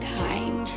time